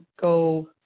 go